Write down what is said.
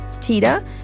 Tita